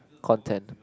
content